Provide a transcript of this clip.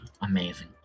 Amazing